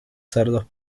cerdos